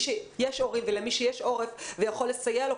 שיש הורים ולמי שיש עורף ויכול לסייע לו,